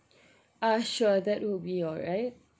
uh sure that will be alright